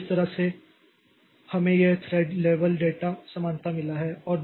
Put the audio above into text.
तो इस तरह से हमें यह थ्रेड लेवल डेटा समानता मिला है